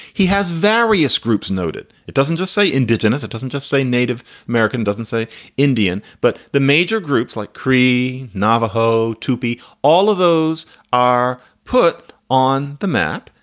he has various groups noted. it doesn't just say indigenous, it doesn't just say native american, doesn't say indian. but the major groups like cree, navajo, two p, all of those are put on the map.